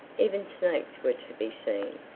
even snakes were to be seen.